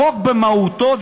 החוק במהותו,